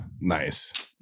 Nice